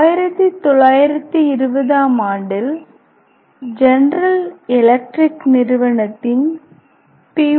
1920 ஆம் ஆண்டில் General Electric நிறுவனத்தின் பி